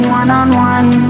one-on-one